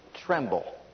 tremble